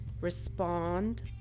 respond